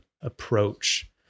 approach